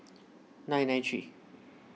nine nine three